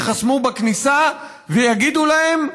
ייחסמו בכניסה ויגידו להם: